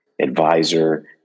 advisor